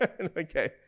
Okay